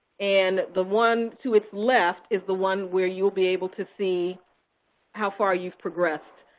and the one to its left is the one where you'll be able to see how far you've progressed.